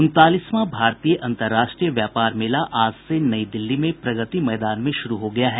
उनतालीसवां भारतीय अंतर्राष्ट्रीय व्यापार मेला आज से नई दिल्ली में प्रगति मैदान में शुरू हो गया है